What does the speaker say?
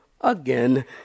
again